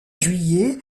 juillet